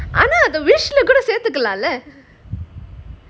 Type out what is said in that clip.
ஆனா அத:aanaa adha wish lah கூட சேர்த்துக்கலாம்ல:kooda serthukalaamla